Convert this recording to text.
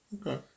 Okay